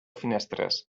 finestres